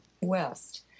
west